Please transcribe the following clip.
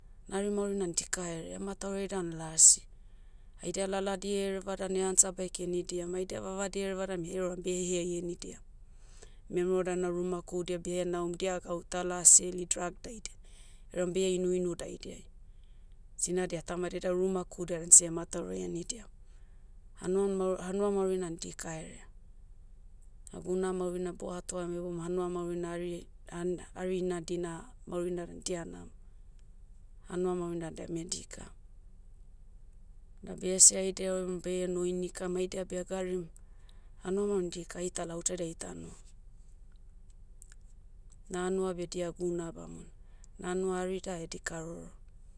Nari maurinan dikaerea hemataurai dan lasi. Haida laladi ereva dan ansa bek henidiam haida vavadi ereva dan eruam bie heai enidia. Memero dan na ruma kohudia behenaom dia gauta laseli drug daidai. Eram bia inuinu daidiai. Sinadia tamadia dea ruma kohudia dan sehe mataurai enidiam. Hanon maur- hanua maurinan dikaerea. Ah guna maurina boatoam heboum hanua maurina hari, hana- hari ina dina, maurina dan dia namo. Hanua maurina deme dika. Da bese aida erom, baie no inika ma idia beh egarim, hanua maurin dika aitala outside aita noh. Na anua beh dia guna bamona. Na anua arida edika roro.